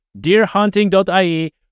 deerhunting.ie